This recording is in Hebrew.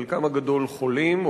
חלקם הגדול חולים,